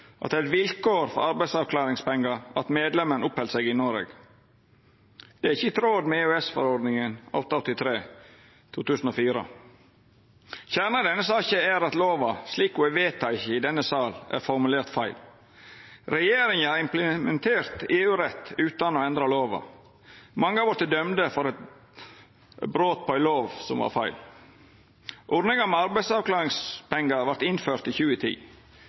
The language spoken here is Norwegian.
at det er eit vilkår for arbeidsavklaringspengar at medlemen oppheld seg i Noreg. Det er ikkje i tråd med EØS-forordning 883/2004. Kjernen i denne saka er at lova slik ho er vedteken i denne salen, er formulert feil. Regjeringa har implementert EU-rett utan å endra lova. Mange har vorte dømde for brot på ei lov som var feil. Ordninga med arbeidsavklaringspengar vart innført i 2010.